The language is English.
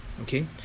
okay